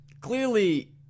clearly